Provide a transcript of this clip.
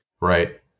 Right